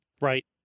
Right